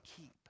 keep